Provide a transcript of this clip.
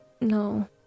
no